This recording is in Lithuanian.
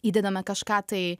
įdedame kažką tai